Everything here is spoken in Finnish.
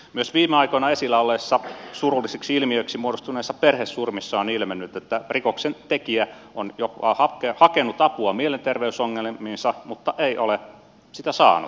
myös viime aikoina esillä olleissa surullisiksi ilmiöiksi muodostuneissa perhesurmissa on ilmennyt että rikoksentekijä on jo hakenut apua mielenterveysongelmiinsa mutta ei ole sitä saanut